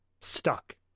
stuck